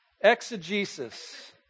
Exegesis